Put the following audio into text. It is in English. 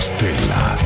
Stella